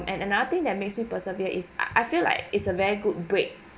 and another thing that makes me persevere is I feel like it's a very good break